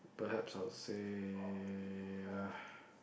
perhaps I would say uh